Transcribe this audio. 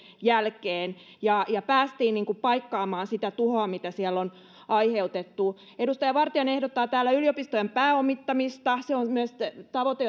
jälkeen ja nyt päästiin paikkaamaan sitä tuhoa mitä siellä on aiheutettu edustaja vartiainen ehdottaa täällä yliopistojen pääomittamista ja se on myös tavoite